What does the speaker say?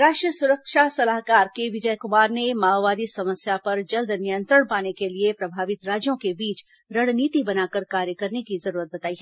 राष्ट्रीय सुरक्षा सलाहकार के विजय कुमार ने माओवादी समस्या पर जल्द नियंत्रण पाने के लिए प्रभावित राज्यों के बीच रणनीति बनाकर कार्य करने की जरूरत बताई है